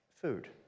food